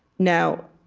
now,